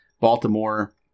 Baltimore